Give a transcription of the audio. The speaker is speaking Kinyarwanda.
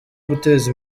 guteza